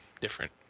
different